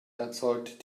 erzeugt